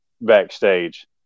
backstage